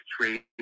trade